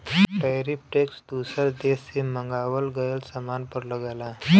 tariff tax दूसर देश से मंगावल गयल सामान पर लगला